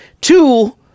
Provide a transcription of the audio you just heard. Two